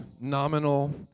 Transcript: nominal